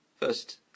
First